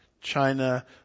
China